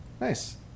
Nice